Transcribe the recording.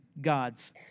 God's